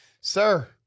Sir